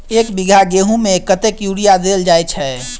एक बीघा गेंहूँ मे कतेक यूरिया देल जाय छै?